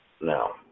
no